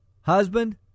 husband